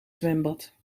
zwembad